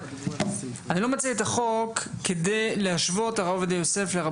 אני לא מציע את החוק כדי להשוות את הרב עובדיה יוסף לרבנים